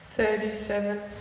Thirty-seven